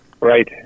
Right